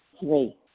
Three